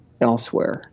elsewhere